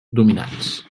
dominants